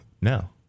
No